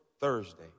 Thursday